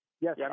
Yes